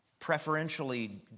preferentially